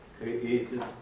created